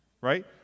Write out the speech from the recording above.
right